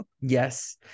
Yes